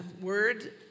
word